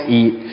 eat